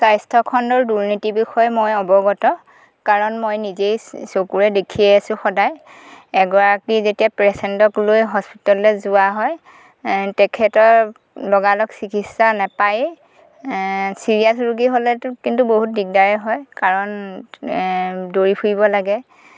স্বাস্থ্যখণ্ডৰ দুৰ্নীতিৰ বিষয়ে মই অৱগত কাৰণ মই নিজেই চকুৰে দেখিয়ে আছোঁ সদায় এগৰাকী যেতিয়া পেচেণ্টক লৈ হস্পিটাললৈ যোৱা হয় তেখেতৰ লগালগ চিকিৎসা নেপায়েই ছিৰিয়াছ ৰোগী হ'লেতো কিন্তু বহুত দিগদাৰেই হয় কাৰণ দৌৰি ফুৰিব লাগে